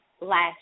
last